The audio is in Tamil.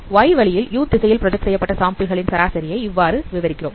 y வழியில் u திசையில் பிராஜக்ட் செய்யப்பட்ட சாம்பிள் களின் சராசரி ஐ இவ்வாறு விவரிக்கிறோம்